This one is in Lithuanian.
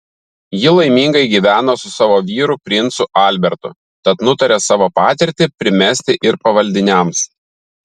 ji laimingai gyveno su savo vyru princu albertu tad nutarė savo patirtį primesti ir pavaldiniams